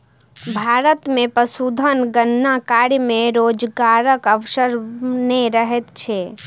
भारत मे पशुधन गणना कार्य मे रोजगारक अवसर नै रहैत छै